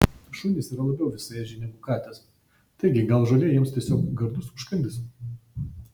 šunys yra labiau visaėdžiai negu katės taigi gal žolė jiems tiesiog gardus užkandis